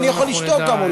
אני יכול לשתוק גם,